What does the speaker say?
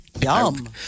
Yum